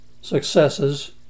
successes